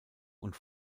und